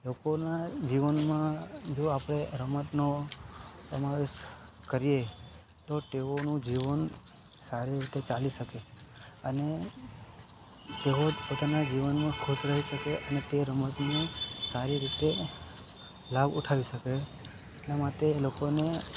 લોકોના જીવનમાં જો આપણે રમતનો સમાવેશ કરીએ તો તેઓનો જીવન સારી રીતે ચાલી શકે અને તેઓ પોતાના જીવનમાં ખુશ રહી શકે અને તે રમતને સારી રીતે લાભ ઉઠાવી શકે એટલા માટે એ લોકોને